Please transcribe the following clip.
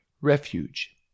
refuge